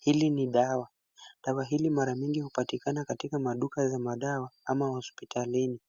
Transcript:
Hili ni dawa, dawa hili mara mingi hupatikana katika maduka za madawa, ama hospitalini.